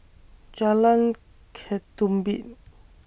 Jalan Ketumbit